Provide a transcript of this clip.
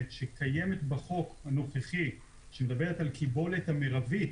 שקיימת בחוק הנוכחי שמדברת על קיבולת מרבית